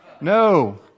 No